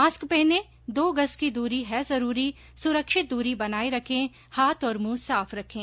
mask पहनें दो गज़ की दूरी है जरूरी सुरक्षित दूरी बनाए रखें हाथ और मुंह साफ रखें